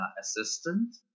assistant